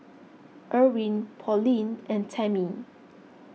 Irwin Pauline and Tamie